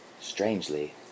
Strangely